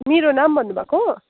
मेरो नाम भन्नुभएको